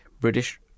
British